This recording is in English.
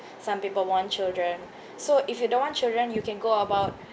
some people want children so if you don't want children you can go about